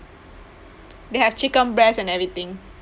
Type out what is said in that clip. they have chicken breast and everything